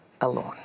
alone